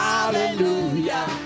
Hallelujah